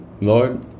Lord